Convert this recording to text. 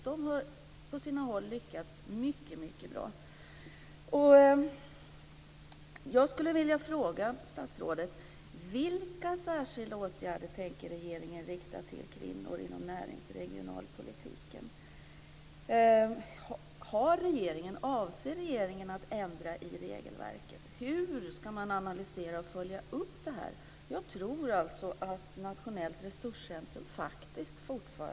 De har på sina håll lyckats mycket bra.